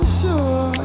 sure